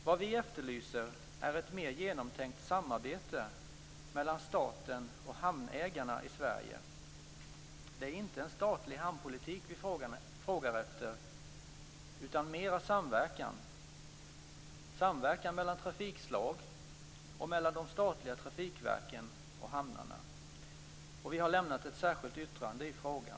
Vad vi efterlyser är ett mer genomtänkt samarbete mellan staten och hamnägarna i Sverige. Det är inte en statlig hamnpolitik vi frågar efter utan mera av samverkan - samverkan mellan trafikslag och mellan de statliga trafikverken och hamnarna. Vi har lämnat ett särskilt yttrande i frågan.